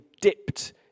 dipped